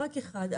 רק אחד,